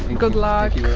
good luck.